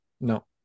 No